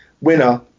winner